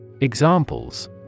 Examples